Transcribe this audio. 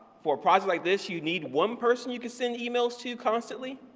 for a project like this you need one person you can send emails to constantly,